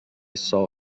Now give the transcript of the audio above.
saw